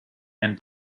and